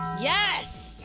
Yes